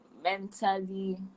mentally